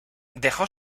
dejó